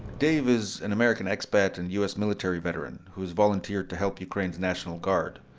dave is an american expat and u s. military veteran who has volunteered to help ukraine's national guard,